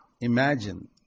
imagine